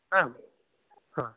आम् हा